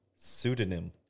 pseudonym